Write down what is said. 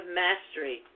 mastery